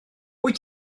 wyt